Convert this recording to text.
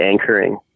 anchoring